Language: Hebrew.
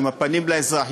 עם הפנים לאזרח,